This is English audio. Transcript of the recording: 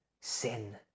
sin